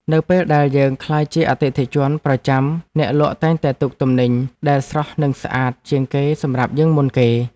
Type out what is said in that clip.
នៅពេលដែលយើងក្លាយជាអតិថិជនប្រចាំអ្នកលក់តែងតែទុកទំនិញដែលស្រស់និងស្អាតជាងគេសម្រាប់យើងមុនគេ។